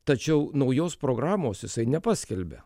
tačiau naujos programos jisai nepaskelbia